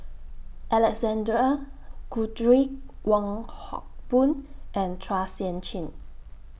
Alexander Guthrie Wong Hock Boon and Chua Sian Chin